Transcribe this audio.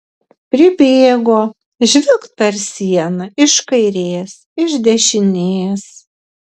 pribėgo žvilgt per sieną iš kairės iš dešinės